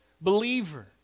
believer